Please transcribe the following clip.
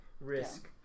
risk